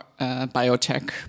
biotech